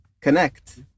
Connect